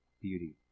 beauty